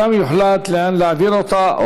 ובה יוחלט לאן להעביר אותה,